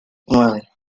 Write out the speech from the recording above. nueve